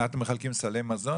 אתם מחלקים סלי מזון?